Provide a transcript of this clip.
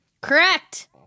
Correct